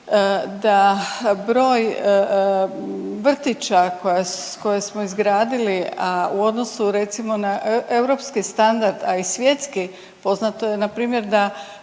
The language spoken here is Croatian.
da broj vrtića koje smo izgradili, a u odnosnu recimo na europski standard a i svjetski, poznato je npr. da